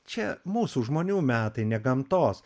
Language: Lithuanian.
čia mūsų žmonių metai ne gamtos